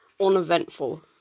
uneventful